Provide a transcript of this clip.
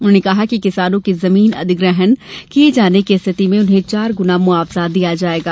उन्होंने कहा कि किसानों की जमीन अधिग्रहण किये जाने की स्थिति में उन्हें चार गुना मुआवजा दिया जायेगा